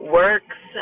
works